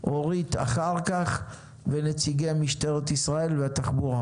אורית אחר כך ונציגי משטרת ישראל והתחבורה.